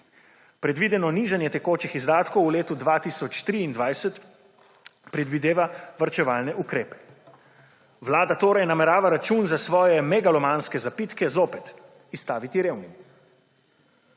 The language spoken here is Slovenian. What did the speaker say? Predvideno nižanje tekočih izdatkov v letu 2023 predvideva varčevalne ukrepe. Vlada torej namerava račun za svoje megalomanske zapitke zopet izstaviti revnim.